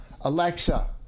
Alexa